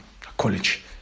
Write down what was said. college